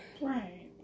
Right